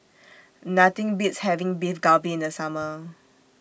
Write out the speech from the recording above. Nothing Beats having Beef Galbi in The Summer